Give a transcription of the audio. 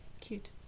cute